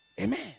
Amen